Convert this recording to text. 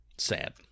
sad